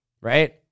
right